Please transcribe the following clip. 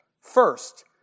First